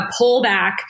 pullback